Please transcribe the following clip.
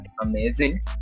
amazing